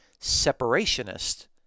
separationist